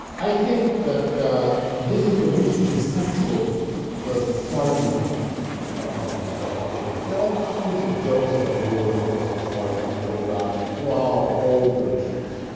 i think that this is the reason, this sexual sideline of these widows. there are all kinds of jokes about widows and sexuality, and all of that, and throughout all traditions,